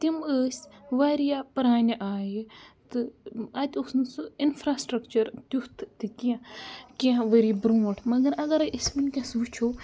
تِم ٲسۍ واریاہ پرٛانہِ آیہِ تہٕ اَتہِ اوس نہٕ سُہ اِنفراسٹرٛکچَر تیُتھ تہِ کینٛہہ کینٛہہ ؤری برٛونٛٹھ مگر اَگَرَے أسۍ وٕنۍکٮ۪س وٕچھو